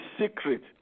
secret